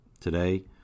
today